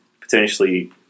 potentially